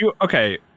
Okay